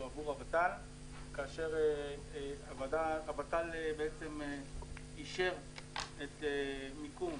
עבור הוות"ל כאשר הוות"ל בעצם אישר את מיקום